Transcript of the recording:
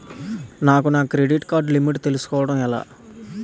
నాకు నా credit card limit తెలుసుకోవడం ఎలా?